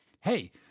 hey